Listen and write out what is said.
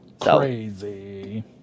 Crazy